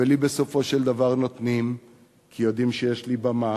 ולי, בסופו של דבר, נותנים, כי יודעים שיש לי במה.